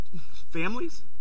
families